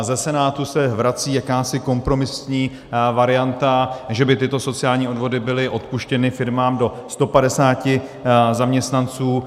Ze Senátu se vrací jakási kompromisní varianta, že by tyto sociální odvody byly odpuštěny firmám do 150 zaměstnanců.